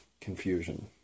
confusion